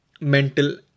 mental